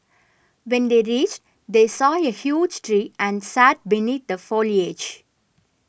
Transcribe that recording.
when they reached they saw a huge tree and sat beneath the foliage